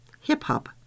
hip-hop